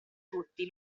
tutti